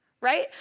Right